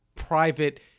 private